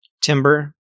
timber